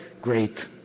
great